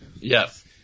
Yes